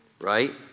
right